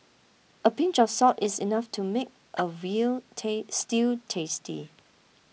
a pinch of salt is enough to make a veal stew tasty